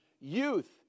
Youth